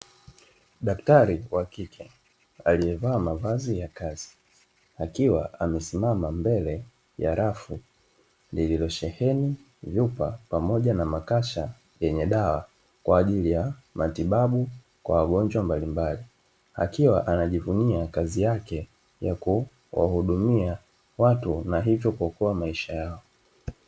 Daktari wakike aliyevaa mavazi ya kazi, akiwa amesimama mbele ya rafu lililosheheni vyupa pamoja na makasha yenye dawa kwaajili ya wagonjwa mbalimbali, akiwa anajivunia kazi yake ya kuwahudumia watu na hivyo kuokoa maisha yao.